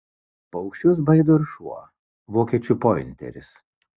paukščius baido ir šuo vokiečių pointeris